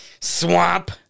swamp